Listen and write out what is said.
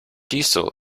diesel